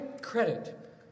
credit